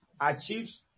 achieves